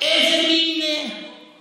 כדי שהערבים לא יעשו חפלות, עם דרבוקות.